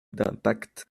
d’impact